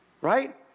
Right